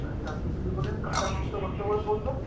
আচ্ছা আপনি কি বললেন কাটা মাংস কত করে পরবে